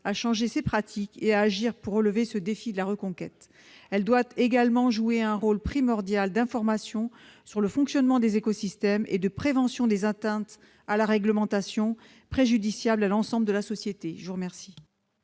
à changer ses pratiques et à agir pour relever ce défi de la reconquête. Elle doit également jouer un rôle primordial en matière d'information sur le fonctionnement des écosystèmes et de prévention des atteintes à la réglementation, qui sont préjudiciables à l'ensemble de la société. Quel